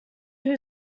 who